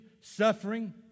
suffering